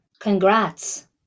Congrats